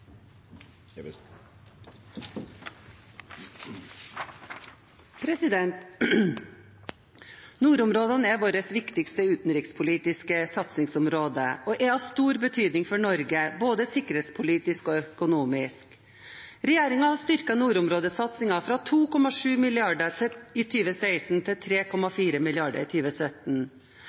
viktigste utenrikspolitiske satsingsområde og er av stor betydning for Norge både sikkerhetspolitisk og økonomisk. Regjeringen styrker nordområdesatsingen fra 2,7 mrd. kr i 2016 til 3,4 mrd. kr i